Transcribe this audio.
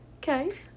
Okay